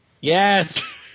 Yes